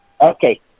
Okay